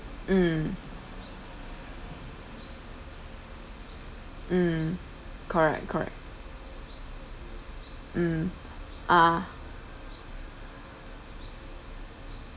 mm mm correct correct mm ah